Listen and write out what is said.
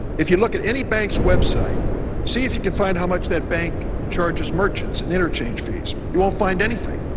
if you look at any bank's website see if you can find how much that bank charges merchants and interchange fees. you won't find anything.